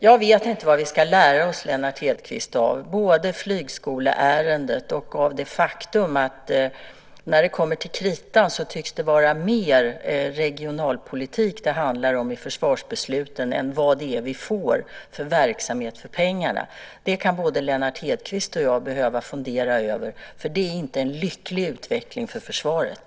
Jag vet inte vad vi ska lära oss, Lennart Hedquist, av både flygskoleärendet och av det faktum att när det kommer till kritan tycks det vara mer regionalpolitik det handlar om i försvarsbesluten än vad det är vi får för verksamhet för pengarna. Det kan både Lennart Hedquist och jag behöva fundera över, för det är inte en lycklig utveckling för försvaret.